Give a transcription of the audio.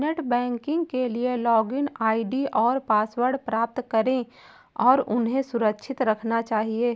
net banking के लिए login ID और पासवर्ड प्राप्त करें और उन्हें सुरक्षित रखना चहिये